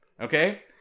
Okay